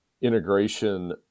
integration